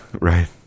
right